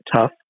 tough